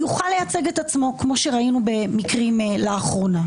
יוכל לייצג את עצמו, כמו שראינו במקרים לאחרונה.